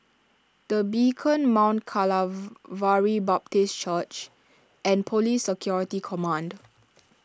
the Beacon Mount vary Baptist Church and Police Security Command